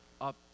up